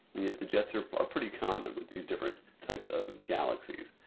and yet the jets are are pretty common with these different types of galaxies.